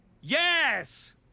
Yes